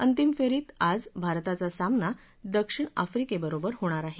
अंतिम फेरीत आज भारताचा सामना दक्षिण आफ्रिकेबरोबर होणार आहे